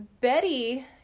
betty